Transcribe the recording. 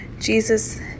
Jesus